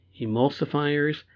emulsifiers